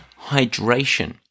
hydration